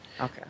Okay